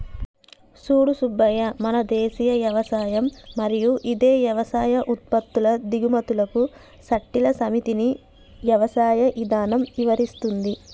సూడు సూబ్బయ్య మన దేసీయ యవసాయం మరియు ఇదే యవసాయ ఉత్పత్తుల దిగుమతులకు సట్టిల సమితిని యవసాయ ఇధానం ఇవరిస్తుంది